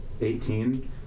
Eighteen